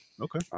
Okay